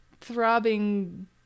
throbbing